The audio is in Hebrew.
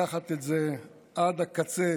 לקחת את זה עד הקצה